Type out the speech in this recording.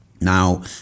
Now